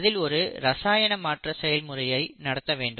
அதில் ஒரு ரசாயன மாற்ற செயல்முறையை நடத்த வேண்டும்